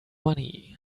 money